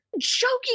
joking